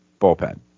bullpen